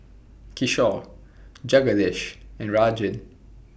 Kishore Jagadish and Rajan